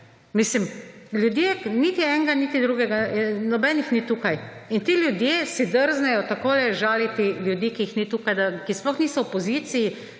Mislim ljudje, niti enega niti drugega, nobenih ni tukaj. In ti ljudje si drznejo tako žaliti ljudi, ki jih ni tukaj, ki sploh niso v poziciji,